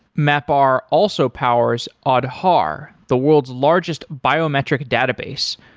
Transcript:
mapr also powers aadhaar, the world's largest biometric database,